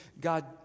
God